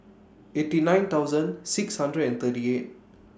eighty nine thousand six hundred and thirty eight